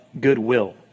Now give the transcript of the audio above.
goodwill